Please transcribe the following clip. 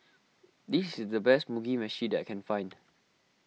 this is the best Mugi Meshi that I can find